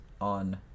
on